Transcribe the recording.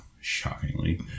shockingly